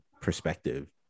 perspective